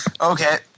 Okay